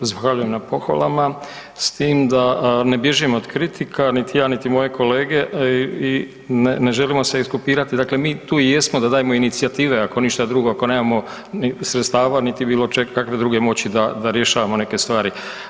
Zahvaljujem na pohvalama s tim da ne bježim od kritika, niti ja niti moje kolege i ne želimo se ... dakle mi tu i jesmo da dajemo inicijative ako ništa drugo, ako nemamo sredstava niti bilo čega i kakve druge moći da rješavamo neke stvari.